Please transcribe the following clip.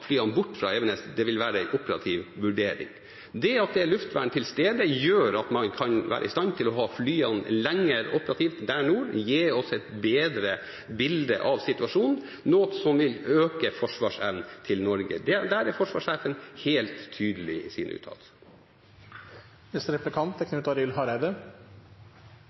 flyene bort fra Evenes, vil være en operativ vurdering. Det at det er luftvern til stede, gjør at man kan være i stand til å ha flyene operative lenger der nord og gi oss et bedre bilde av situasjonen, noe som vil øke forsvarsevnen til Norge. Der er forsvarssjefen helt tydelig i sin uttalelse. Me kan konstatere at regjeringa sin argumentasjon knytt til luftvernberedskap er